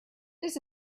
this